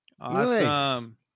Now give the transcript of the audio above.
Awesome